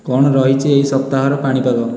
କଣ ରହିଛି ଏହି ସପ୍ତାହର ପାଣିପାଗ